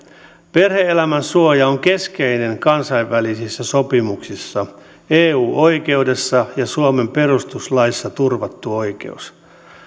perhe elämän suoja on keskeinen kansainvälisissä sopimuksissa eu oikeudessa ja suomen perustuslaissa turvattu oikeus